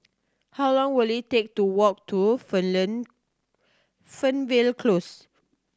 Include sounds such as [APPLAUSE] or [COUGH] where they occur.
how long will it take to walk to [UNINTELLIGIBLE] Fernvale Close